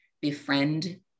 befriend